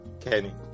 kenny